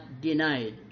denied